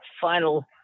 final